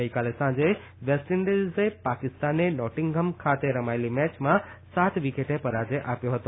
ગઈકાલે સાંજે વેસ્ટઈન્ડીઝે પાકિસ્તાનને નોટીંગહમ ખાતે રમાયેલી મેચમાં સાત વિકેટે પરાજય આપ્યો હતો